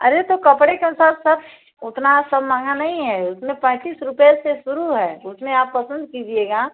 अरे तो कपड़े को साथ साथ उतना सब महंगा नहीं है उसमें पैंतीस रुपये से शुरू है उसमें आप पसंद कीजिएगा